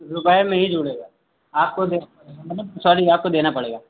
रुपये में ही जुड़ेगा आपको देना पड़ेगा मतलब सॉरी आपको देना पड़ेगा